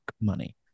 Money